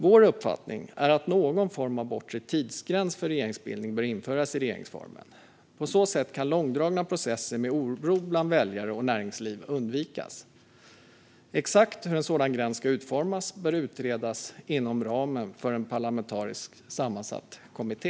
Vår uppfattning är att någon form av bortre tidsgräns för regeringsbildning bör införas i regeringsformen. På så sätt kan långdragna processer som leder till oro bland väljare och näringsliv undvikas. Exakt hur en sådan gräns ska utformas bör utredas inom ramen för en parlamentariskt sammansatt kommitté.